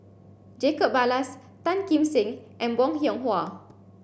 Jacob Ballas Tan Kim Seng and Bong Hiong Hwa